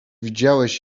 widziałeś